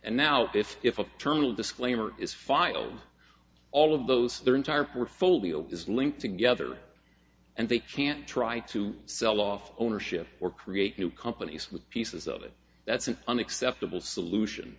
and now if if a terminal disclaimer is filed all of those their entire portfolio is linked together and they can't try to sell off ownership or create new companies with pieces of it that's an unacceptable solution